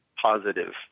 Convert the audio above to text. positive